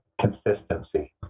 consistency